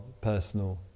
personal